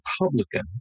Republican